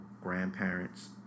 grandparents